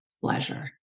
pleasure